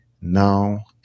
now